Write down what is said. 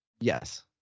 yes